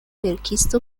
verkisto